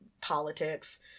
politics